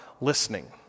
listening